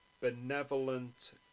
benevolent